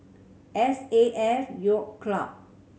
S A F Yacht Club